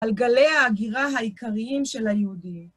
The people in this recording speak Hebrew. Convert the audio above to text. על גלי ההגירה העיקריים של היהודים.